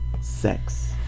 Sex